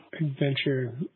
adventure